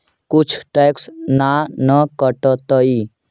कुछ टैक्स ना न कटतइ?